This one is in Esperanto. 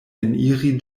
eniri